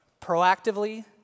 proactively